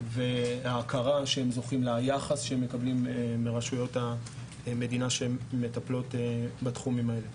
וההכרה והיחס שהם מקבלים מרשויות המדינה שמטפלות בתחומים האלה.